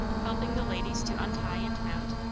helping the ladies to untie and mount,